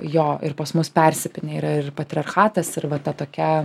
jo ir pas mus persipynę yra ir patriarchatas ir va ta tokia